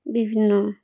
বিভিন্ন